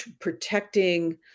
protecting